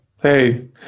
Hey